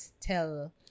tell